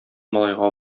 малайга